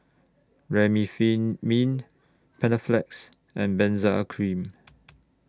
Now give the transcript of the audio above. Remifemin Panaflex and Benzac A Cream